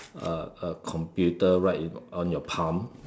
uh computer right in on your palm